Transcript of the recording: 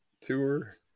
tour